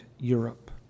Europe